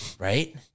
Right